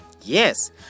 yes